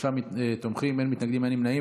שלושה תומכים, אין מתנגדים ואין נמנעים.